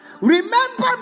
Remember